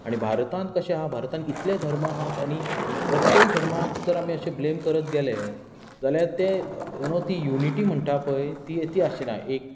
भारतांत कशें आसा भारतांत इतले धर्म आहात आनी प्रत्येक धर्माक जर आमी अशें ब्लेम करत गेलें जाल्या तें यू नो ती युनिटी म्हणटा पळय ती आसची ना एक